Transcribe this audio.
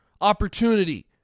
opportunity